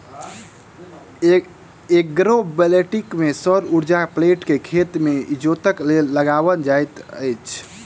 agrovoltaic मे सौर उर्जाक प्लेट के खेत मे इजोतक लेल लगाओल जाइत छै